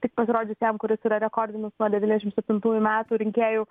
tik pasirodžius jam kuris yra rekordinis nuo devyniasdešimt septintųjų metų rinkėjų